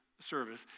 service